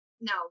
no